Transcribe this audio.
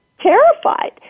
terrified